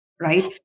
right